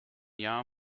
jahr